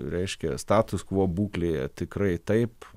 reiškia status quo būklė tikrai taip